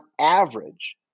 average